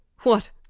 What